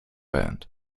band